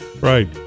Right